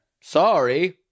Sorry